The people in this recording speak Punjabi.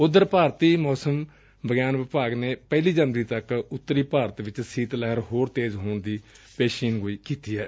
ਉਧਰ ਭਾਰਤੀ ਮੌਸਮ ਵਿਗਿਆਨ ਵਿਭਾਗ ਨੇ ਪਹਿਲੀ ਜਨਵਰੀ ਤੱਕ ਉੱਤਰੀ ਭਾਰਤ ਵਿਚ ਸੀਤ ਲਹਿਰ ਹੋਰ ਤੇਜ਼ ਹੋਣ ਦੀ ਪੇਸ਼ੀਨਗੋਈ ਕੀਤੀ ਏ